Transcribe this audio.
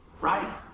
right